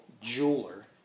jeweler